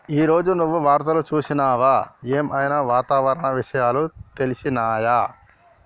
ఈ రోజు నువ్వు వార్తలు చూసినవా? ఏం ఐనా వాతావరణ విషయాలు తెలిసినయా?